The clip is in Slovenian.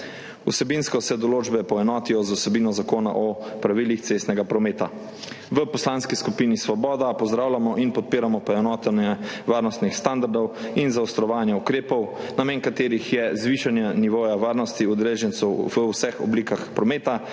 Vsebinsko se določbe poenotijo z vsebino Zakona o pravilih cestnega prometa. V Poslanski skupini Svoboda pozdravljamo in podpiramo poenotenje varnostnih standardov in zaostrovanje ukrepov, namen katerih je zvišanje nivoja varnosti udeležencev v vseh oblikah prometa,